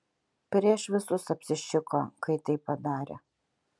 prieš visus apsišiko kai taip padarė